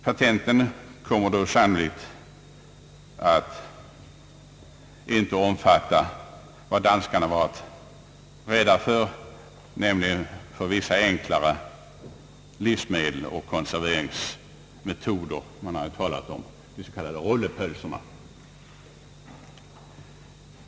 Patenten kommer efter denna skärpning av kravet på uppfinningshöjd san nolikt inte att omfatta vad danskarna varit rädda för, nämligen vissa enklare livsmedel och konserveringsmetoder — man har ju som exempel talat om utländska patent som hinder för fabrikationen av de danska rullepglserne.